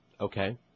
Okay